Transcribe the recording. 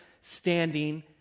standing